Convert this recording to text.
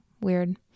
weird